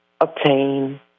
obtain